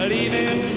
Leaving